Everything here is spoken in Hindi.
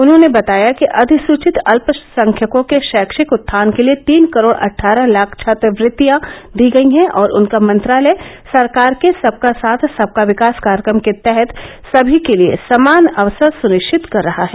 उन्होंने बताया कि अधिसूचित अल्पसंख्यकों के शैक्षिक उत्थान के लिए तीन करोड़ अट्ठारह लाख छात्रवृत्तियां दी गई हैं और उनका मंत्रालय सरकार के सबका साथ सबका विकास कार्यक्रम के तहत सभी के लिए समान अवसर सूनिश्चित कर रहा है